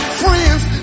friends